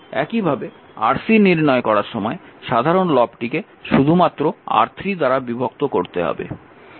একইভাবে Rc নির্ণয় করার সময় সাধারণ লবটিকে শুধুমাত্র R3 দ্বারা বিভক্ত করতে হবে